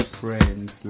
friends